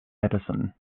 edison